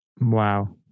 Wow